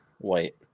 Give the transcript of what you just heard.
White